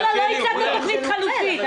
לא, לא, לא הצעת תוכנית חלופית.